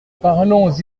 parlons